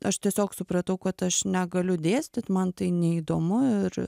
aš tiesiog supratau kad aš negaliu dėstyt man tai neįdomu ir